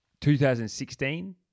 2016